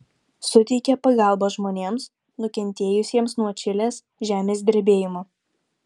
suteikė pagalbą žmonėms nukentėjusiems nuo čilės žemės drebėjimo